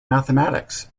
mathematics